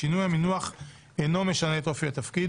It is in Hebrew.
שינוי המינוח אינו משנה את אופי התפקיד,